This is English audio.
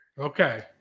Okay